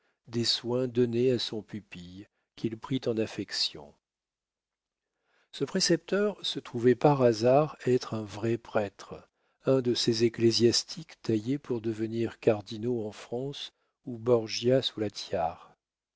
des soins donnés à son pupille qu'il prit en affection ce précepteur se trouvait par hasard être un vrai prêtre un de ces ecclésiastiques taillés pour devenir cardinaux en france ou borgia sous